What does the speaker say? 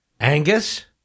Angus